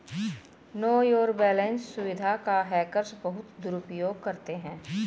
no your balance सुविधा का hackers बहुत दुरुपयोग करते हैं